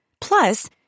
Plus